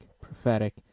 prophetic